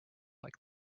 like